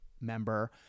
member